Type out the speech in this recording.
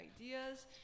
ideas